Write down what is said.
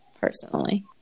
personally